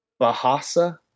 Bahasa